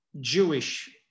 Jewish